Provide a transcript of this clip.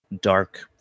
dark